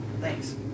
Thanks